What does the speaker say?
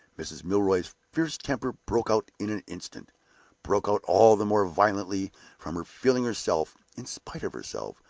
mrs. milroy's fierce temper broke out in an instant broke out all the more violently from her feeling herself, in spite of herself,